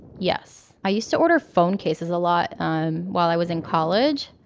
yes. i used to order phone cases a lot um while i was in college